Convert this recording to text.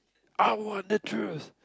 I want the truth